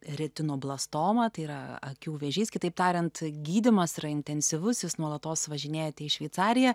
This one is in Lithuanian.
retinoblastomą tai yra akių vėžys kitaip tariant gydymas yra intensyvusis nuolatos važinėjate į šveicariją